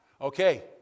okay